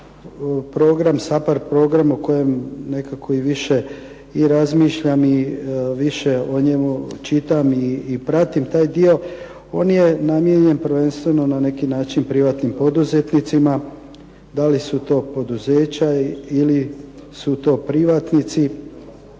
program, SAPARD program o kojem nekako i više i razmišljam i više o njemu čitam i pratim taj dio. On je namijenjen prvenstveno na neki način privatnim poduzetnicima. Da li su to poduzeća ili su to privatnici,